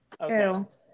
Okay